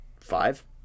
five